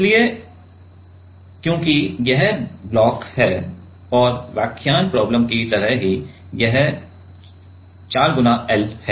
इसलिए क्योंकि यह ब्लॉक है और व्याख्यान प्रॉब्लम की तरह ही यह 4 L है